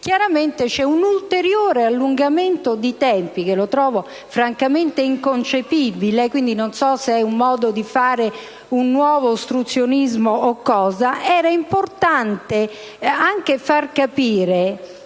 Chiaramente c'è un ulteriore allungamento dei tempi, che io trovo francamente inconcepibile: non so se sia un nuovo modo di fare un nuovo ostruzionismo, o quant'altro. Era importante anche far capire